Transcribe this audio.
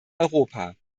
europa